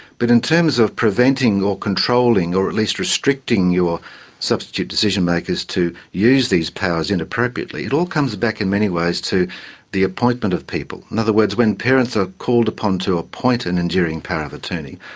but in terms of preventing or controlling or at least restricting your substitute decision-makers to use these powers inappropriately, it all comes back, in many ways, to the appointment of people. in other words, when parents are called upon to appoint an enduring power of attorney,